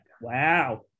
Wow